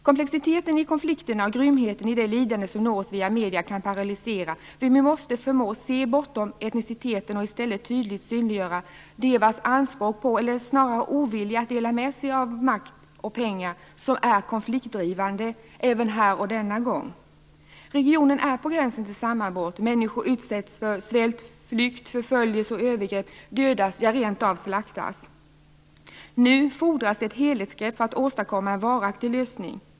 Komplexiteten i konflikterna och grymheten i det lidande som når oss via medierna kan paralysera, men vi måste förmå oss att se bortom etniciteten och i stället tydligt synliggöra dem med anspråk på eller snarare ovilja att dela med sig av makt och pengar, vilket är konfliktdrivande även här och denna gång. Regionen är på gränsen till sammanbrott. Människor utsätts för svält, flykt, förföljelse och övergrepp, dödas ja rent av slaktas. Nu fordras ett helhetsgrepp för att åstadkomma en varaktig lösning.